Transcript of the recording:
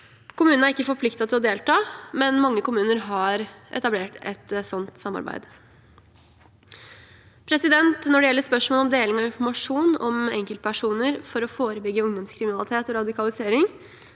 Kommunene er ikke forpliktet til å delta, men mange kommuner har etablert et slikt samarbeid. Når det gjelder spørsmålet om deling av informasjon om enkeltpersoner for å forebygge ungdomskriminalitet og radikalisering,